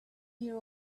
year